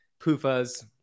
PUFAs